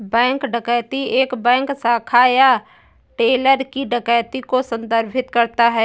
bank डकैती एक bank शाखा या टेलर की डकैती को संदर्भित करता है